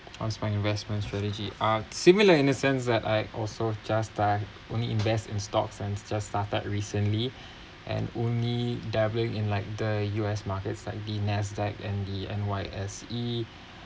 what's my investment strategy uh similar in a sense that I also just that only invest in stocks and just started recently and only dabbling in like the U_S markets like the NASDAQ and the N_Y_S_E